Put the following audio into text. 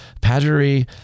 Padre